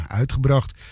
uitgebracht